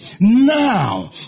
now